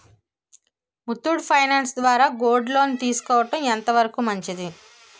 Muthoot finance ద్వారా gold loan తీసుకోవడం ఎంత వరకు మంచిది?